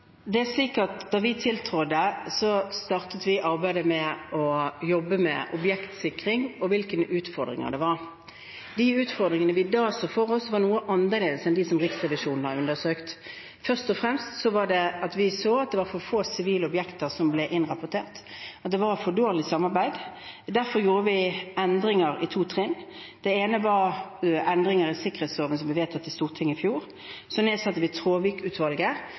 Det er slik at da vi tiltrådte, startet vi arbeidet med å jobbe med objektsikring og hvilke utfordringer det var. De utfordringene vi da så for oss, var noe annerledes enn dem Riksrevisjonen har undersøkt. Først og fremst så vi at det var for få sivile objekter som ble innrapportert, og at det var for dårlig samarbeid. Derfor gjorde vi endringer i to trinn. Det ene var endringer i sikkerhetsloven som ble vedtatt i Stortinget i fjor. Så nedsatte vi